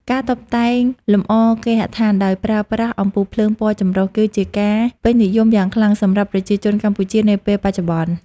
ការតុបតែងលម្អគេហដ្ឋានដោយប្រើប្រាស់អំពូលភ្លើងពណ៌ចម្រុះ គឺជាការពេញនិយមយ៉ាងខ្លាំងសម្រាប់ប្រជាជនកម្ពុជានាពេលបច្ចុប្បន្ន។